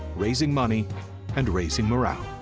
raising money and raising morale.